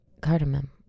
Cardamom